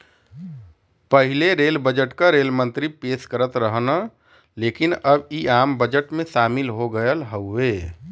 पहिले rail budget क rail मंत्री पेश करत रहन लेकिन अब इ आम बजट में शामिल हो गयल हउवे